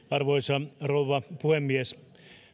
arvoisa rouva puhemies